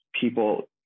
people